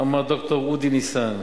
ד"ר אודי ניסן.